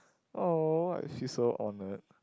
oh I feel so honoured